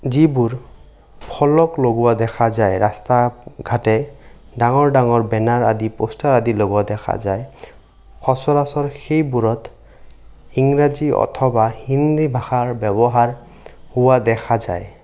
যিবোৰ ফলক লগোৱা দেখা যায় ৰাস্তা ঘাটে ডাঙৰ ডাঙৰ বেনাৰ আদি পষ্টাৰ আদি লগোৱা দেখা যায় সচৰাচৰ সেইবোৰত ইংৰাজী অথবা হিন্দী ভাষাৰ ব্যৱহাৰ হোৱা দেখা যায়